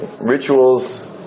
Rituals